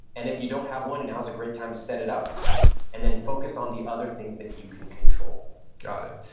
and if you don't have one, now's a great time to set it up and then focus on the other things that you can control got it.